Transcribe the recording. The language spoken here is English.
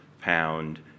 pound